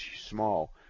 small